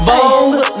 Vogue